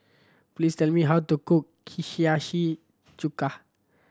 please tell me how to cook Hiyashi Chuka